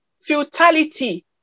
futility